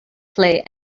play